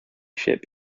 ship